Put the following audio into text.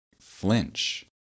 flinch